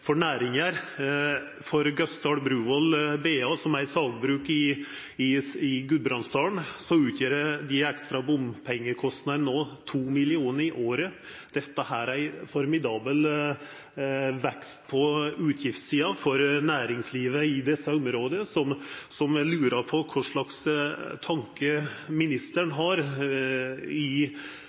næringar. For Gausdal Bruvoll BA, som er eit sagbruk i Gudbrandsdalen, utgjer dei ekstra bompengekostnadene no 2 mill. kr i året. Dette er ein formidabel vekst på utgiftssida for næringslivet i desse områda. Eg lurar på kva slags tankar ministeren har. Han kunne kanskje saman med regjeringspartnarane sine sjå på andre tiltak som møter dette, for i